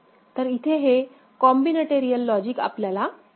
तर इथे हे कॉम्बिनेटरियल लॉजिक आपल्याला मिळेल